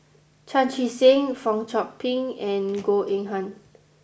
Chan Chee Seng Fong Chong Pik and Goh Eng Han